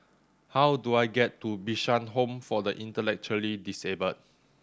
how do I get to Bishan Home for the Intellectually Disabled